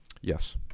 yes